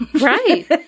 Right